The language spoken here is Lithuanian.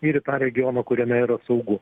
ir į tą regioną kuriame yra saugu